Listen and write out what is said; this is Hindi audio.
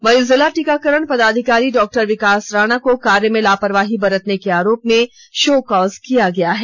वहीं जिला टीकाकरण पदाधिकारी डॉ विकास राणा को कार्य में लापरवाही बरतने के आरोप में शो कॉज किया है